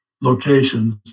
locations